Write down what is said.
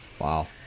wow